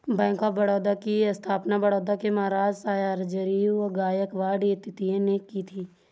bank of Baroda की स्थापना बड़ौदा के महाराज सयाजीराव गायकवाड तृतीय ने की थी